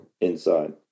inside